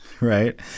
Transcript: Right